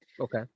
okay